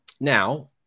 now